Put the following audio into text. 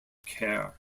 care